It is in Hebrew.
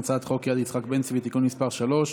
הצעת חוק יד יצחק בן-צבי (תיקון מס' 3)